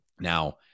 Now